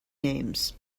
names